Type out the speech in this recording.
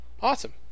awesome